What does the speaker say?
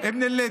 אבן א-לד.